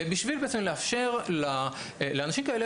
בשביל בעצם לאפשר לאנשים כאלה,